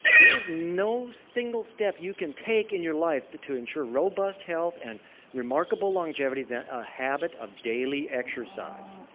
there is no single step you can take in your life to to ensure robust health and remarkable longevity than a habit of daily exercise.